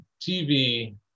TV